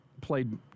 played